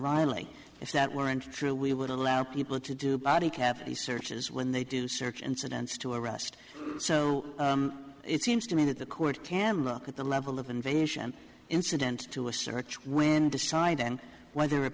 riley if that weren't true we would allow people to do body cavity searches when they do search incidents to arrest so it seems to me that the court can look at the level of invasion incident to a search when deciding whether a